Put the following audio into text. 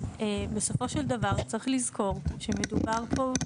בסופו של דבר צריך לזכור שמדובר פה,